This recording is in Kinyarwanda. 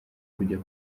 kujya